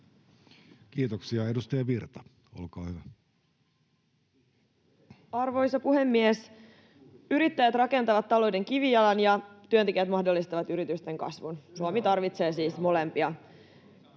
Kiitoksia. — Edustaja Virta, olkaa hyvä. Arvoisa puhemies! Yrittäjät rakentavat talouden kivijalan, ja työntekijät mahdollistavat yritysten kasvun, [Timo Heinosen